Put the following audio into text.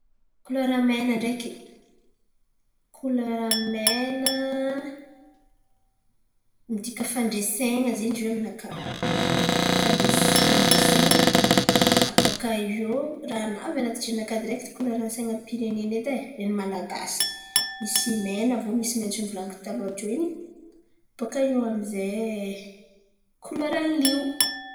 Kolera mena ndreky, kolera mena midika fandresen̈a zen̈y ziô aminakà. Fandres- fandresen̈a. Abôkaiô raha navy an̈aty jerinakà direkty kolerany sain̈am-pirenena edy e neny malagasy. Misy mena, aviô misy maintso nivolan̈iko taloha tiô in̈y. Bôka iô amy zay kolerany lio.